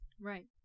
Right